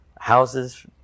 houses